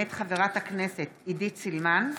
מאת חברת הכנסת עידית סילמן,